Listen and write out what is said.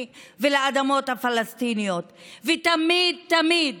ושל האדמות הפלסטיניות ותמיד תמיד